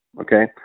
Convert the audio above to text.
okay